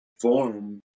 form